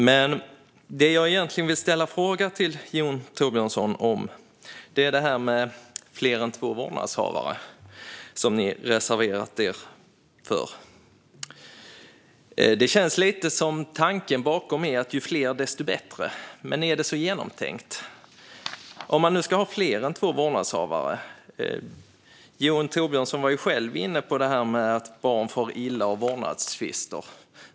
Men det jag egentligen vill fråga Jon Thorbjörnson om är det här med fler än två vårdnadshavare, som ni reserverat er för. Det känns lite som att tanken bakom är: Ju fler desto bättre. Men är det så genomtänkt? Jon Thorbjörnson var själv inne på det här med att barn far illa av vårdnadstvister.